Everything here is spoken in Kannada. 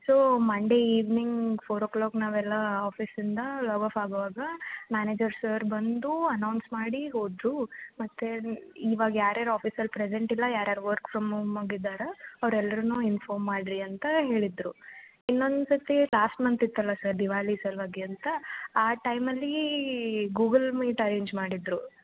so Monday evening four o'clock ನಾವೆಲ್ಲ ಆಫೀಸಿಂದ ಲಾಗ್ ಆಫ್ ಆಗೋವಾಗ ಮ್ಯಾನೇಜರ್ ಸರ್ ಬಂದು ಅನೌನ್ಸ್ ಮಾಡಿ ಹೋದರು ಮತ್ತು ಇವಾಗ ಯಾರು ಯಾರು ಆಫೀಸಲ್ಲಿ ಪ್ರೆಸೆಂಟ್ ಇಲ್ಲ ಯಾರು ಯಾರು ವರ್ಕ್ ಫ್ರಮ್ ಓಮಾಗೆ ಇದಾರೆ ಅವ್ರು ಎಲ್ರನ್ನು ಇನ್ಫಾರ್ಮ್ ಮಾಡಿರಿ ಅಂತ ಹೇಳಿದರು ಇನ್ನೊಂದು ಸರ್ತಿ ಲಾಸ್ಟ್ ಮಂತ್ ಇತ್ತಲ್ಲ ಸರ್ ದಿವಾಲಿ ಸಲುವಾಗಿ ಅಂತ ಆ ಟೈಮಲ್ಲಿ ಗೂಗಲ್ ಮೀಟ್ ಅರೆಂಜ್ ಮಾಡಿದ್ದರು